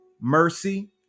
mercy